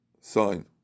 sign